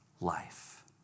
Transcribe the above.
life